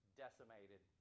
decimated